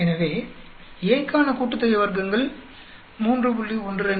எனவே A க்கான கூட்டுத்தொகை வர்க்கங்கள் 3